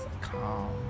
calm